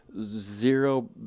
zero